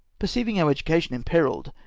perceiving our education imperilled,